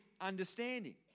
understanding